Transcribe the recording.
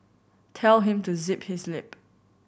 tell him to zip his lip